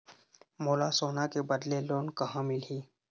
मोला सोना के बदले लोन कहां मिलही?